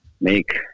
make